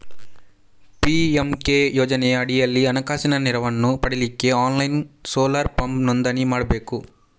PMK ಯೋಜನೆಯ ಅಡಿಯಲ್ಲಿ ಹಣಕಾಸಿನ ನೆರವನ್ನ ಪಡೀಲಿಕ್ಕೆ ಆನ್ಲೈನ್ ಸೋಲಾರ್ ಪಂಪ್ ನೋಂದಣಿ ಮಾಡ್ಬೇಕು